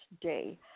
day